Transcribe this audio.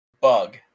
Bug